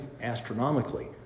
astronomically